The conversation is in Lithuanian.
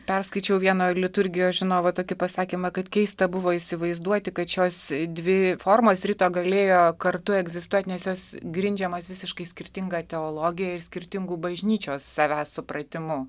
perskaičiau vieno liturgijos žinovo tokį pasakymą kad keista buvo įsivaizduoti kad šios dvi formos rita galėjo kartu egzistuot nes jos grindžiamas visiškai skirtinga teologija ir skirtingu bažnyčios savęs supratimu